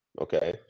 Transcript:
okay